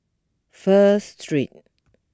First Street